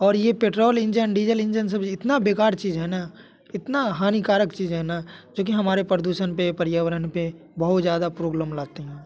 और ये petrol engine diesel engine से भी इतना बेकार चीज़ है ना इतनी हानिकारक चीज़ है ना जो कि हमारे पर्दूषण ने पर्यावरण पर बहुत ज़्यादा प्रोब्लम लाते हैं